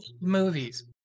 movies